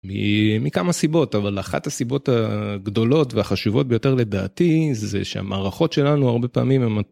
מכמה סיבות אבל אחת הסיבות הגדולות והחשובות ביותר לדעתי זה שהמערכות שלנו הרבה פעמים הם...